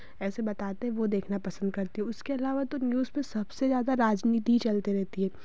ऐसे बताते हैं वो देखना पसंद करती है उसके अलावा तो न्यूज़ में सबसे ज़्यादा राजनीति चलती रहती है